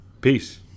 peace